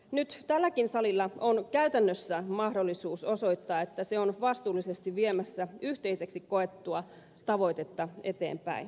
nyt tälläkin salilla on käytännössä mahdollisuus osoittaa että se on vastuullisesti viemässä yhteiseksi koettua tavoitetta eteenpäin